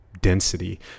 density